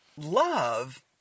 love